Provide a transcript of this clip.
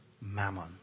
mammon